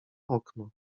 okno